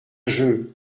jeu